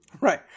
Right